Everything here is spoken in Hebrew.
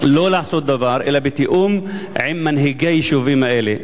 לא לעשות דבר אלא בתיאום עם מנהיגי היישובים האלה.